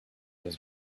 his